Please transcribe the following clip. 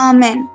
Amen